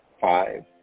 Five